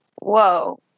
whoa